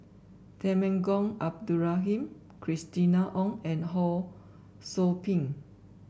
Temenggong Abdul Rahman Christina Ong and Ho Sou Ping